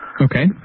Okay